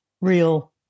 real